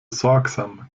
sorgsam